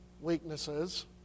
weaknesses